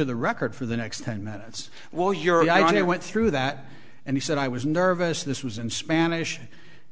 e the record for the next ten minutes while your you went through that and he said i was nervous this was in spanish